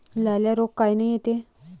लाल्या रोग कायनं येते?